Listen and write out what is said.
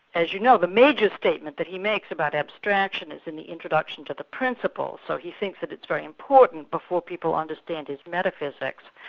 as you know, the major statement that he makes about abstraction is in the introduction to the principles, so he thinks that it's very important before people understand his metaphysics,